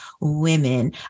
women